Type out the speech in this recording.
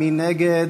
מי נגד